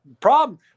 Problem